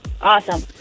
Awesome